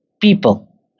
people